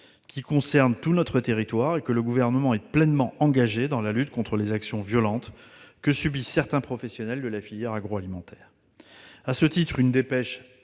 qui concerne tout notre territoire. Le Gouvernement est pleinement engagé dans la lutte contre les actions violentes que subissent certains professionnels de la filière agroalimentaire.